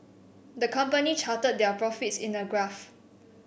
the company charted their profits in a graph